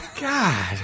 God